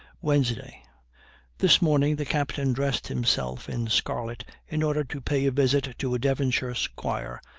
wednesday this morning the captain dressed himself in scarlet in order to pay a visit to a devonshire squire,